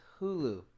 Hulu